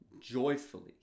joyfully